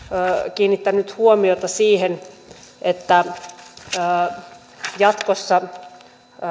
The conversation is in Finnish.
kiinnittänyt huomiota siihen että jatkossa